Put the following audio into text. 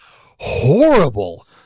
Horrible